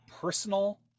personal